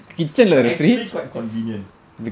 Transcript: it's actually quite convenient